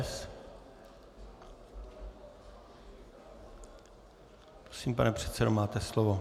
Prosím, pane předsedo, máte slovo.